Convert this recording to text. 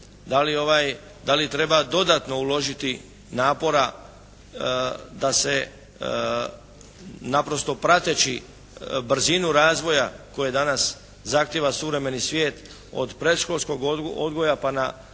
Da li treba dodatno uložiti napora da se naprosto prateći brzinu razvoja koje danas zahtijeva suvremeni svijet od predškolskog odgoja pa nadalje